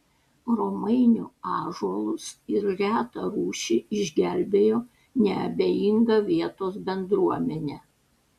romainių ąžuolus ir retą rūšį išgelbėjo neabejinga vietos bendruomenė